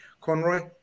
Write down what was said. Conroy